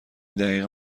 دقیق